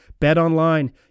BetOnline